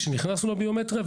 כשנכנסנו לביומטריה,